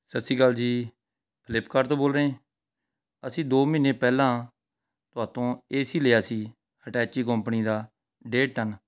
ਸਤਿ ਸ਼੍ਰੀ ਅਕਾਲ ਜੀ ਫਲਿਪਕਾਰਟ ਤੋਂ ਬੋਲ ਰਹੇ ਹੈ ਅਸੀਂ ਦੋ ਮਹੀਨੇ ਪਹਿਲਾਂ ਤੁਹਾਡੇ ਤੋਂ ਏਸੀ ਲਿਆ ਸੀ ਹਟੈਚੀ ਕੰਪਨੀ ਦਾ ਡੇਢ ਟਨ